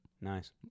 Nice